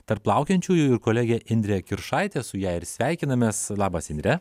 tarp laukiančiųjų ir kolegė indrė kiršaitė su ja ir sveikinamės labas indre